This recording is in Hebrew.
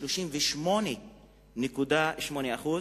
38.8%,